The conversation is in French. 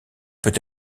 peut